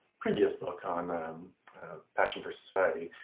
previous book on a passion for society